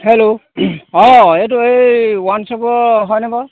hello অঁ এইটো এই ৱাইন শ্বপৰ হয়নে বাৰু